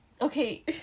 Okay